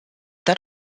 that